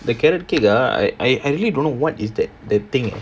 the carrot cake ah i~ i~ I really don't know what is tha~ that thing leh